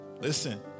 listen